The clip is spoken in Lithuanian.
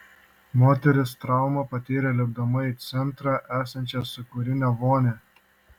moteris traumą patyrė lipdama į centre esančią sūkurinę vonią